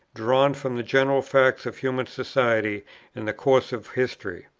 drawn from the general facts of human society and the course of history,